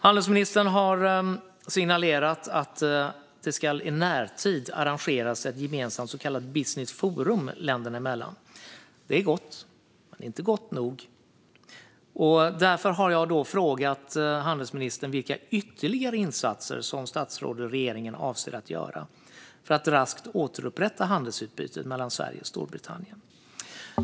Handelsministern har signalerat att det i närtid ska arrangeras ett gemensamt så kallat business forum länderna emellan. Det är gott, men det är inte gott nog. Därför har jag frågat handelsministern vilka ytterligare insatser som hon och regeringen avser att göra för att raskt återupprätta handelsutbytet mellan Sverige och Storbritannien.